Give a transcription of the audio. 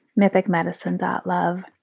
Mythicmedicine.love